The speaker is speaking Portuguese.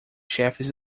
chefes